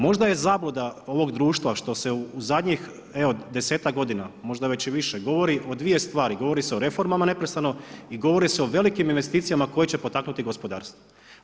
Možda je zabluda ovog društva što se u zadnjih desetak godina, možda već i više govori o dvije stvari, govori se o reformama neprestano i govori se o velikim investicijama koje će potaknuti gospodarstvo.